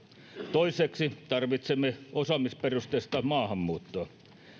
toiseksi tarvitsemme osaamisperusteista maahanmuuttoa